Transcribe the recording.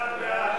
מי בעד?